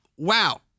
Wow